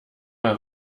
mal